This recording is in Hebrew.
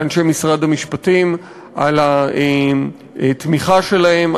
לאנשי משרד המשפטים על התמיכה שלהם,